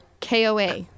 KOA